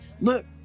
look